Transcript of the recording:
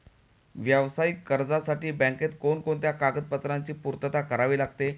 व्यावसायिक कर्जासाठी बँकेत कोणकोणत्या कागदपत्रांची पूर्तता करावी लागते?